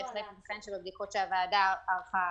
ובהחלט ייתכן שבבדיקות שהוועדה ערכה